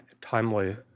timely